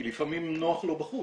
כי לפעמים נוח לו בחוץ,